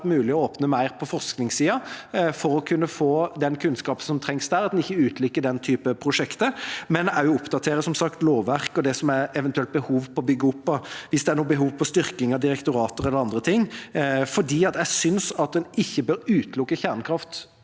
mulig å åpne mer på forskningssiden for å kunne få den kunnskapen som trengs, at en ikke utelukker den typen prosjekter, men også oppdaterer, som sagt, lovverk og det som det eventuelt er behov for å bygge opp – hvis det er noe behov for styrking av direktorater eller andre ting. Jeg synes at en bør ikke utelukke kjernekraft